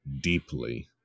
deeply